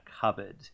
cupboard